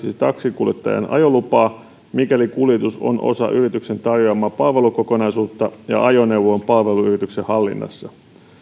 taksinkuljettajan ajolupaa mikäli kuljetus on osa yrityksen tarjoamaa palvelukokonaisuutta ja ajoneuvo on palveluyrityksen hallinnassa